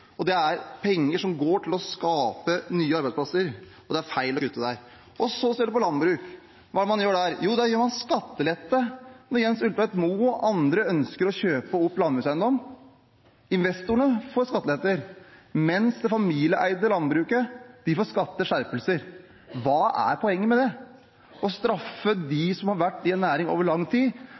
Det er penger som går til å skape nye arbeidsplasser, og det er feil å kutte der. Hva gjør man så innen landbruket? Jo, der gir man skattelette når Jens Ulltveit-Moe og andre ønsker å kjøpe opp landbrukseiendom. Investorene får skatteletter, mens det familieeide landbruket får skatteskjerpelser. Hva er poenget med det – å straffe dem som har vært i en næring over lang tid,